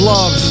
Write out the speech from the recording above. Love